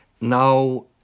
now